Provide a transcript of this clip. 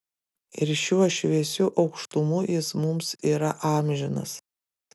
ir šiuo šviesiu aukštumu jis mums yra amžinas